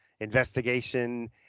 investigation